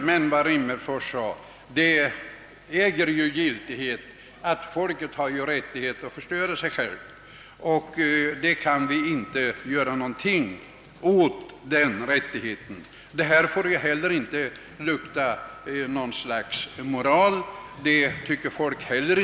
Vad herr Rimmerfors påpekade äger emellertid sin giltighet, nämligen att folket ju har rättighet att förstöra sig självt och att vi inte kan ta ifrån människorna denna rättighet. Det här får ju heller inte lukta något slags moral, det tycker folk inte om.